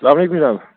السلامُ علیکم جناب